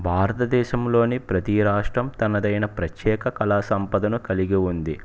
భారతదేశంలోని ప్రతీ రాష్ట్రం తనదైన ప్రత్యేక కళా సంపదను కలిగి ఉంది